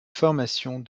formations